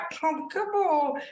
comfortable